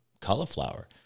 cauliflower